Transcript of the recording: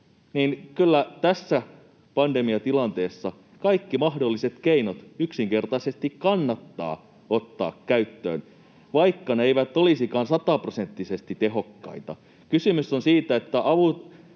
Kyllä tässä pandemiatilanteessa yksinkertaisesti kaikki mahdolliset keinot kannattaa ottaa käyttöön, vaikka ne eivät olisikaan 100-prosenttisesti tehokkaita. Kysymys on siitä, että nämä